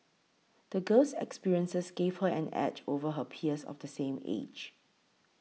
the girl's experiences gave her an edge over her peers of the same age